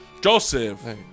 Joseph